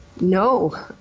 No